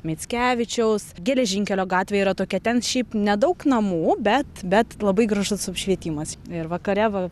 mickevičiaus geležinkelio gatvė yra tokia ten šiaip nedaug namų bet bet labai gražus apšvietimas ir vakare va